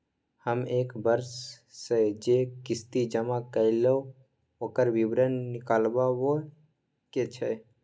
हम एक वर्ष स जे किस्ती जमा कैलौ, ओकर विवरण निकलवाबे के छै?